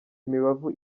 imibavu